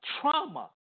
trauma